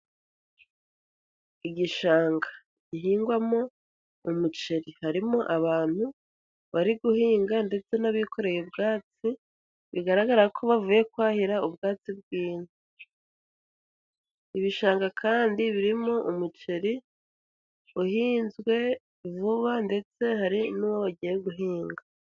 Igishanga gihingwamo umuceri, harimo abantu bari guhinga ndetse n'abikoreye ubwatsi, bigaragara bavuye kwahira ubwatsi bw'inka, ibishanga kandi birimo umuceri uhinzwe vuba ndetse hari nuwo bagiye guhinga.